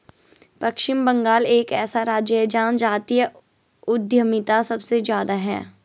पश्चिम बंगाल एक ऐसा राज्य है जहां जातीय उद्यमिता सबसे ज्यादा हैं